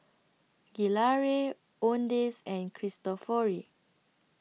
Gelare Owndays and Cristofori